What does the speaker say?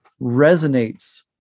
resonates